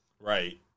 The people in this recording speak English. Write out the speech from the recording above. Right